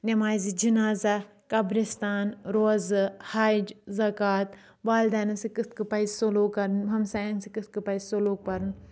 نِمازِ جِنازا قبرستان روزٕ ہَج زکات والدینَس کِتھ کٔنۍ پَزِ سلوک کَرُن ہَمسایَن سۭتۍ کِتھ کٔنۍ پَزِ سلوک پَرُن